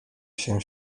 się